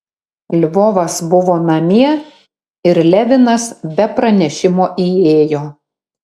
lvovas buvo namie ir levinas be pranešimo įėjo